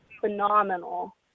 phenomenal